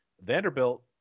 Vanderbilt